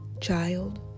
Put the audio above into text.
child